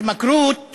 התמכרות